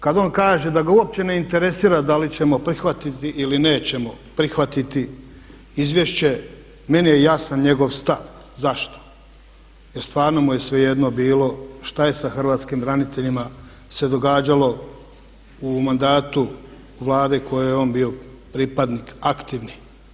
Kad on kaže da ga uopće ne interesira da li ćemo prihvatiti ili nećemo prihvatiti izvješće, meni je jasan njegov stav. zašto? jer stvarno mu je svejedno bilo šta je bilo sa hrvatskim braniteljica se događalo u mandatu Vlade u kojoj je on bio pripadnik aktivni.